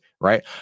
right